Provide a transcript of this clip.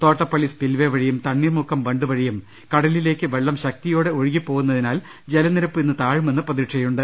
Thottappally spillway വഴിയും തണ്ണീർമുക്കം ബണ്ട് വഴിയും കടലിലേക്ക് വെള്ളം ശക്തിയോടെ ഒഴുകിപോകുന്നതിനാൽ ജലനിരപ്പ് ഇന്ന് താഴുമെന്ന് പ്രതീക്ഷയുണ്ട്